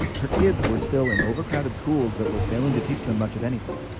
her kids were still in overcrowded schools that were failing to teach them much of anything.